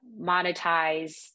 monetize